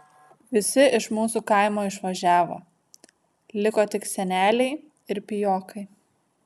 visi iš mūsų kaimo išvažiavo liko tik seneliai ir pijokai